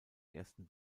ersten